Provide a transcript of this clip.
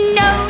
no